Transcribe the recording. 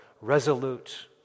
resolute